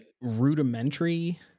Rudimentary